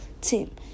team